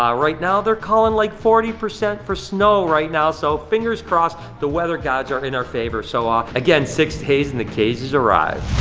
right now they're calling like forty percent for snow right now. so, fingers crossed, the weather gods are in our favor. so um again, six days and the cages arrive.